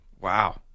Wow